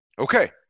Okay